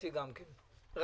לעוזי דיין להציג, בבקשה.